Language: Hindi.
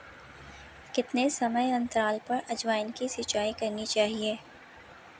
कितने समयांतराल पर अजवायन की सिंचाई करनी चाहिए?